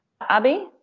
Abby